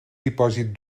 dipòsit